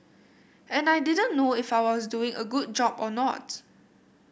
and I didn't know if I was doing a good job or not